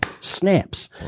Snaps